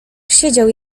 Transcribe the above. siedział